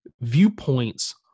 viewpoints